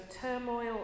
turmoil